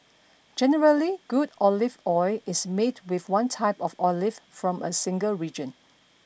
generally good olive oil is made with one type of olive from a single region